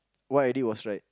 what I did was right